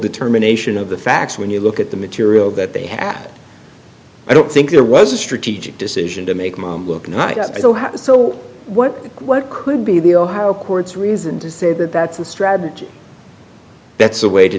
determination of the facts when you look at the material that they had i don't think there was a strategic decision to make mom look not so happy so what what could be the or how courts reason to say that that's a strategy that's a way to